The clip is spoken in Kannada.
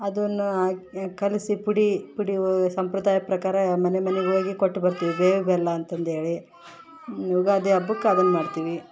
ಅದನ್ನು ಹಾಕಿ ಕಲಿಸಿ ಪುಡಿ ಪುಡಿ ವ ಸಂಪ್ರದಾಯ ಪ್ರಕಾರ ಮನೆ ಮನೆಗೆ ಹೋಗಿ ಕೊಟ್ಟು ಬರ್ತೀವಿ ಬೇವು ಬೆಲ್ಲ ಅಂತಂದು ಹೇಳಿ ಯುಗಾದಿ ಹಬ್ಬಕ್ ಅದನ್ನ ಮಾಡ್ತೀವಿ